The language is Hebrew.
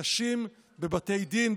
נשים בבתי דין,